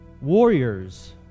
warriors